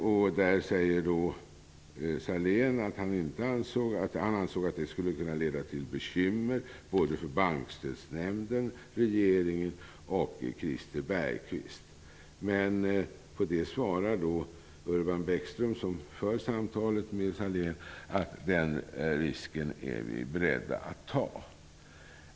Sahlén säger där att han ansåg att det skulle kunna leda till bekymmer för Bankstödsnämnden, regeringen och Christer Bergquist. På det svarar Urban Bäckström, som för samtalet med Sahlén, att den risken är man beredd att ta.